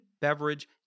beverage